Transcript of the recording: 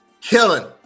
killing